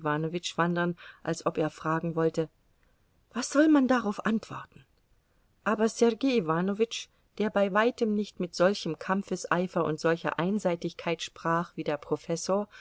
wandern als ob er fragen wollte was soll man darauf antworten aber sergei iwanowitsch der bei weitem nicht mit solchem kampfeseifer und solcher einseitigkeit sprach wie der professor